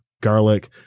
garlic